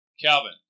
Calvin